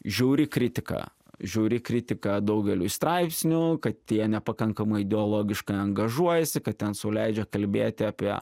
žiauri kritika žiauri kritika daugeliui straipsnių kad tie nepakankamai ideologiškai angažuojasi kad ten sau leidžia kalbėti apie